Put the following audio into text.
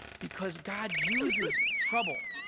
because god uses trouble,